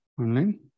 online